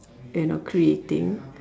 you know creating